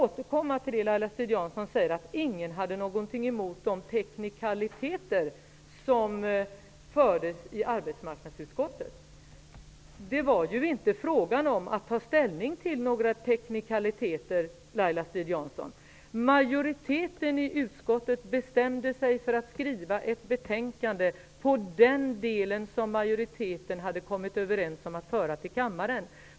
Laila Strid-Jansson säger att ingen hade någonting emot bordläggningen i arbetsmarknadsutskottet på grund av teknikaliteter. Det var inte fråga om att ta ställning till några teknikaliteter. Majoriteten i utskottet bestämde sig för att skriva ett betänkande i den del som majoriteten hade kommit överens om att föra till kammaren.